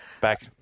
Back